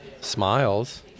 smiles